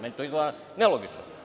Meni to izgleda nelogično.